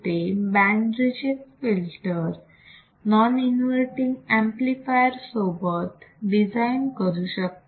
इथे मी band reject filter non inverting amplifier सोबत डिझाईन करू शकते